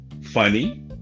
funny